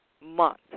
Month